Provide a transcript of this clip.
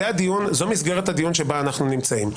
זו מסגרת הדיון שבה אנחנו נמצאים.